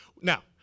Now